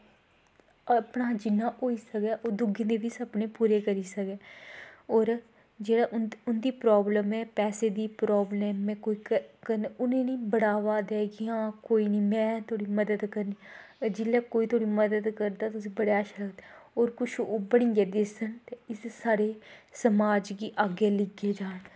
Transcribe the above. अपने शा जिन्ना होई सकै ओह् दुएं दे बी सपने बी पूरे करी सकै होर जेह्ड़ी उं'दी प्राब्लम ऐ पैसे दी प्राब्लम ऐ उ'नें गी निं बढ़ावा देऐ कि हां कोई निं में तोआढ़ी मदद करनी जिसलै तोआढ़ी कोई मदद करदा तुसें ई बड़े अच्छा लगदा कुछ इस्सी साढ़े समाज गी अग्गें लेइयै जान